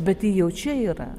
bet ji jau čia yra